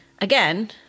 again